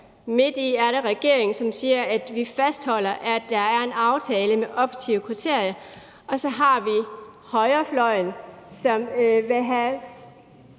midten står regeringen og siger, at de fastholder, at der er en aftale med objektive kriterier. Og så har vi højrefløjen, som vil have